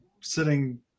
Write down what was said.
sitting